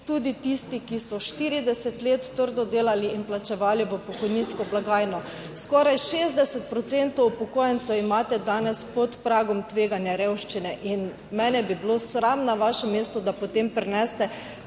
tudi tisti, ki so 40 let trdo delali in plačevali v pokojninsko blagajno. Skoraj 60 procentov upokojencev imate danes pod pragom tveganja revščine. In mene bi bilo sram na vašem mestu, da potem prinesete